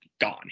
gone